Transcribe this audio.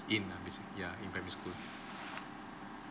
in ah basic~ ya in primary school